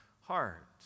heart